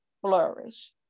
flourish